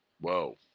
Whoa